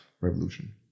revolution